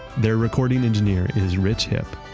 their recording engineer is rich hipp.